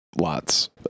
lots